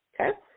okay